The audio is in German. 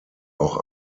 auch